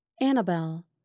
Annabelle